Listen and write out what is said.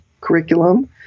curriculum